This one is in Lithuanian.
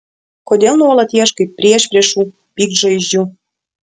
kodėl nuolat ieškai priešpriešų piktžaizdžių